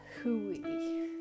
hooey